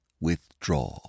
withdraw